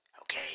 Okay